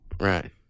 Right